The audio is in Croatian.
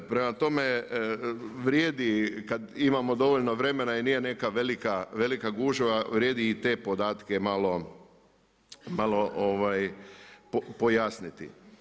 Prema tome, vrijedi kada imamo dovoljno vremena i nije neka velika gužva, vrijedi i te podatke malo pojasniti.